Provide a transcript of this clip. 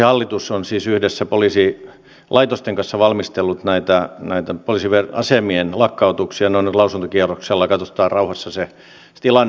poliisihallitus on siis yhdessä poliisilaitosten kanssa valmistellut näitä poliisiasemien lakkautuksia ja ne ovat nyt lausuntokierroksella katsotaan rauhassa se tilanne